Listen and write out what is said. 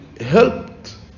helped